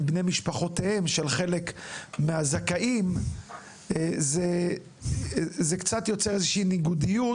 בני משפחותיהם של חלק מהזכאים יוצרת איזו שהיא ניגודיות.